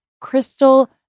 crystal